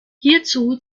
hierzu